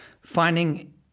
finding